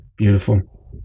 Beautiful